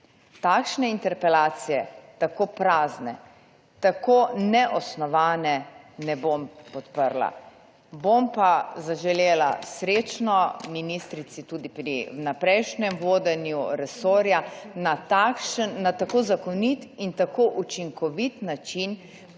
Takšne interpelacije, tako prazne, tako neosnovane ne bom podprla. Bom pa zaželela srečno ministrici tudi pri vnaprejšnjem vodenju resorja na takšen, na tako zakonit in tako učinkovit način